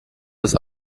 das